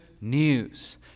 news